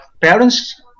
parents